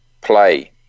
Play